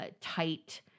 tight